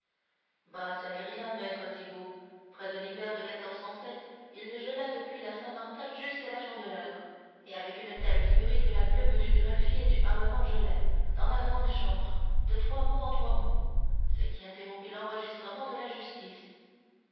bah ce n'est rien maître thibaut près de l'hiver de il gela depuis la saint-martin jusqu'à la chandeleur et avec une telle furie que la plume du greffier du parlement gelait dans la grand chambre de trois mots en trois mots ce qui interrompit l'enregistrement de la justice